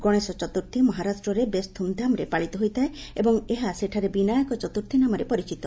ଗଣେଶ ଚତ୍ରର୍ଥୀ ମହାରାଷ୍ଟ୍ରରେ ବେଶ୍ ଧୁମ୍ଧାମରେ ପାଳିତ ହୋଇଥାଏ ଏବଂ ଏହା ସେଠାରେ ବିନାୟକ ଚତ୍ର୍ଥୀ ନାମରେ ପରିଚିତ